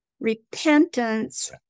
Repentance